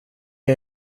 jag